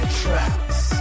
traps